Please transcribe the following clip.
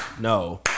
No